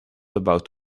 about